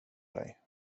dig